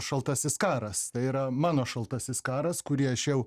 šaltasis karas tai yra mano šaltasis karas kurį aš jau